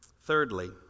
Thirdly